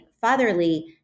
Fatherly